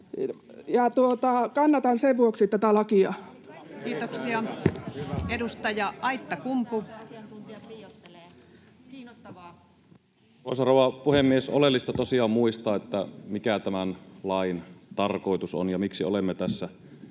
kannatan sen vuoksi tätä lakia. Kiitoksia. — Edustaja Aittakumpu. Arvoisa rouva puhemies! On oleellista tosiaan muistaa, mikä tämän lain tarkoitus on ja miksi olemme tässä